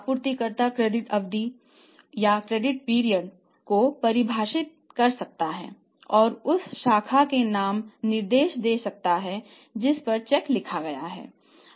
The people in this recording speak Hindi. आपूर्तिकर्ता क्रेडिट अवधि को परिभाषित कर सकता है और उस शाखा के नाम का निर्देश दे सकता है जिस पर चेक लिखा गया है